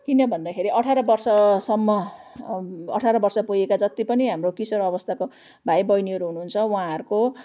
किन भन्दाखेरि अठार वर्षसम्म अठार वर्ष पुगेका जत्ति पनि हाम्रो किशोर अवस्थाको भाइबहिनीहरू हुनुहुन्छ उहाँहरूको